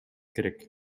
керек